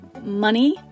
money